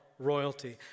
Royalty